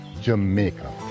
Jamaica